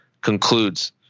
concludes